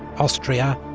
austria,